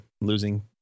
losing